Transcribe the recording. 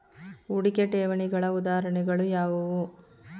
ಹೂಡಿಕೆ ಠೇವಣಿಗಳ ಉದಾಹರಣೆಗಳು ಯಾವುವು?